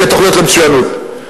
לתוכניות למצוינות.